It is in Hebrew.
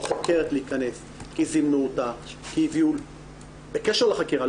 חוקרת להיכנס כי זימנו אותה בקשר לחקירה,